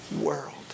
world